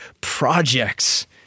projects